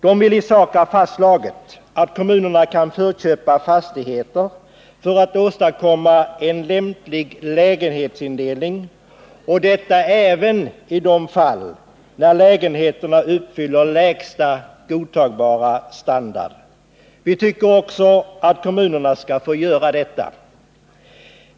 De vill i sak ha fastslaget att kommunerna kan förköpa fastigheter för att åstadkomma en lämplig lägenhetsindelning, och detta även i de fall när lägenheterna uppfyller lägsta godtagbara standard. Vi tycker också att kommunerna skall få göra detta.